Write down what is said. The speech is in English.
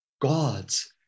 God's